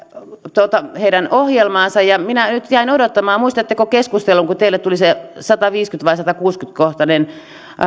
tuota heidän ohjelmaansa ja minä nyt jäin odottamaan muistatteko keskustelun kun teiltä tuli se sataviisikymmentä tai satakuusikymmentä kohtainen